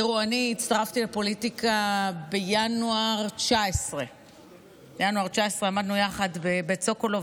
הצטרפתי לפוליטיקה בינואר 2019. בינואר 2019 עמדנו יחד בבית סוקולוב,